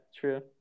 true